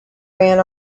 ran